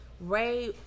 Ray